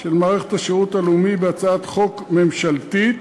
של מערכת השירות הלאומי בהצעת חוק ממשלתית,